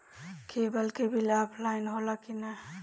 Cable के bill offline होला कि ना?